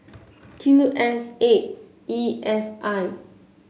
Q S eight E F I